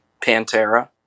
Pantera